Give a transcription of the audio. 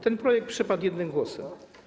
Ten projekt przepadł jednym głosem.